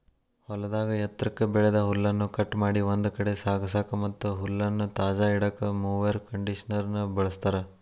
ಹೊಲದಾಗ ಎತ್ರಕ್ಕ್ ಬೆಳದ ಹುಲ್ಲನ್ನ ಕಟ್ ಮಾಡಿ ಒಂದ್ ಕಡೆ ಸಾಗಸಾಕ ಮತ್ತ್ ಹುಲ್ಲನ್ನ ತಾಜಾ ಇಡಾಕ ಮೊವೆರ್ ಕಂಡೇಷನರ್ ನ ಬಳಸ್ತಾರ